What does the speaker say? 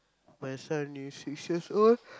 my son is six years old